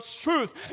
truth